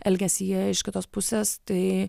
elgesyje iš kitos pusės tai